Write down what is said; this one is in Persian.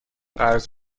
قرض